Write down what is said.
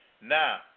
Now